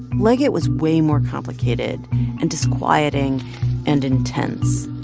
liget was way more complicated and disquieting and intense.